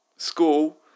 School